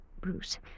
Bruce